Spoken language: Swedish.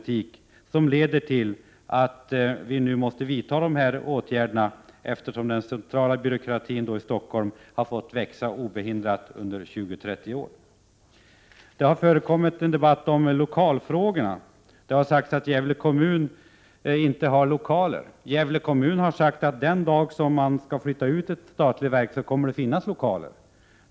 Det har lett till att vi nu måste vidta dessa åtgärder, eftersom den centrala byråkratin i Stockholm under 20-30 års tid har fått växa obehindrat. 68 Det har förekommit en debatt om lokalfrågorna. Det har sagts att Gävle kommun inte har lokaler. Kommunen har sagt att det den dag man skall flytta ut ett verk kommer att finnas lokaler.